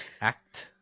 act